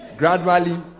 Gradually